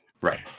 Right